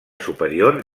superior